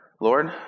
Lord